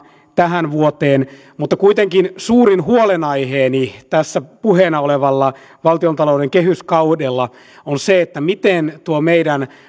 tähän vuoteen mutta kuitenkin suurin huolenaiheeni tässä puheena olevalla valtiontalouden kehyskaudella on se miten meidän